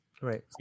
Right